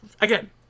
again